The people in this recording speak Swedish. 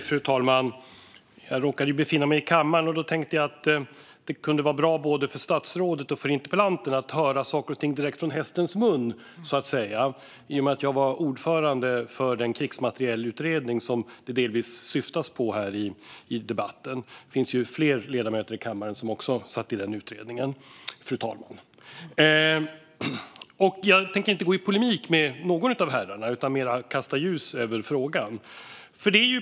Fru talman! Jag råkade befinna mig i kammaren och tänkte då att det kunde vara bra både för statsrådet och för interpellanten att höra saker och ting direkt från hästens mun, så att säga, i och med att jag var ordförande för den krigsmaterielutredning som delvis berörs här i debatten. Det finns fler ledamöter i kammaren som satt i utredningen, fru talman. Jag tänker inte gå i polemik med någon av herrarna utan mer kasta ljus över frågan.